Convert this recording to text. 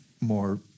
more